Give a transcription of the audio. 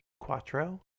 quattro